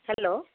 hello